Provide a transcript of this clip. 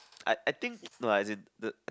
I I think no as in the